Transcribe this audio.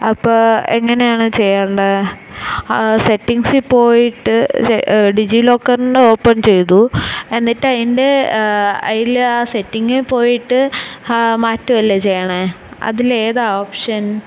അപ്പോൾ എങ്ങനെയാണ് ചെയ്യേണ്ടേ സെറ്റിങ്ങ്സിൽ പോയിട്ട് ഡിജി ലോക്കറിൻ്റെ ഓപ്പണ് ചെയ്തു എന്നിട്ട് അതിന്റെ അതിൽ ആ സെറ്റിങ്ങിൽ പോയിട്ട് മാറ്റുമല്ലേ ചെയ്യണേ അതിലേതാണ് ഓപ്ഷന്